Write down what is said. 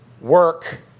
work